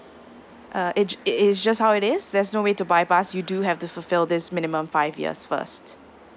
uh it ju~ it is just how it is there's no way to bypass you do have to fulfill this minimum five years first